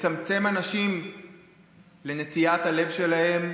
לצמצם אנשים לנטיית הלב שלהם,